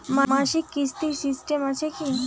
মাসিক কিস্তির সিস্টেম আছে কি?